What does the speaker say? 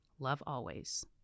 lovealways